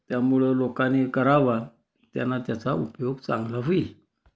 त्यामुळं लोकांनी करावा त्यांना त्याचा उपयोग चांगला होईल